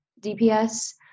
DPS